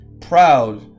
proud